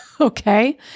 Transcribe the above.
okay